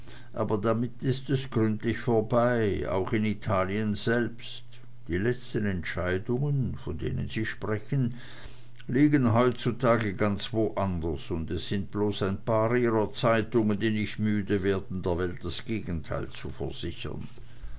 aber damit ist es gründlich vorbei auch in italien selbst die letzten entscheidungen von denen sie sprechen liegen heutzutage ganz woanders und es sind bloß ein paar ihrer zeitungen die nicht müde werden der welt das gegenteil zu versichern